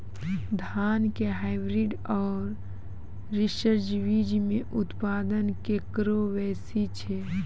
धान के हाईब्रीड और रिसर्च बीज मे उत्पादन केकरो बेसी छै?